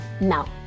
Now